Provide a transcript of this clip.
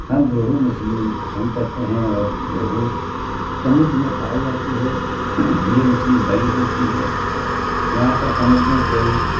हम रोहू मछली पसंद करते हैं और रोहू समुद्र में पाए जाते हैं ये मछली बड़ी होती है वहां पे समुद्र में कोई